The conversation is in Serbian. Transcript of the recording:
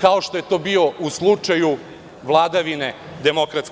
kao što je to bilo u slučaju vladavine DS.